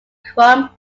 chrome